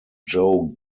joe